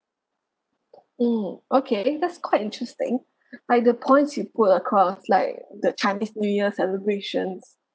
mm okay that's quite interesting by the points you put across like the chinese new year celebrations